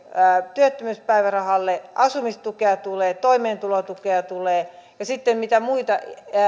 työttömyyspäivärahalle asumistukea tulee toimeentulotukea tulee ja sitten mitä muita